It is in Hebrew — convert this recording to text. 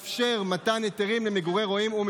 לא מאפשרים הקמתם של מבני מגורים לרועים,